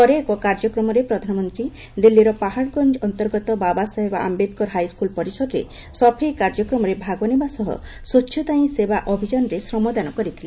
ପରେ ଏକ କାର୍ଯ୍ୟକ୍ରମରେ ପ୍ରଧାନମନ୍ତ୍ରୀ ଦିଲ୍ଲୀର ପାହାଡ଼ଗଞ୍ଜ ଅନ୍ତର୍ଗତ ବାବାସାହେବ ଆମ୍ବେଦକର ହାଇସ୍କୁଲ୍ ପରିସରରେ ସଫେଇ କାର୍ଯ୍ୟକ୍ରମରେ ଭାଗ ନେବା ସହ ସ୍ୱଚ୍ଛତା ହିଁ ସେବା ଅଭିଯାନରେ ଶ୍ରମଦାନ କରିଥିଲେ